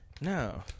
No